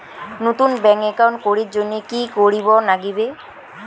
নতুন bank account করির জন্যে কি করিব নাগিবে?